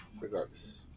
Regardless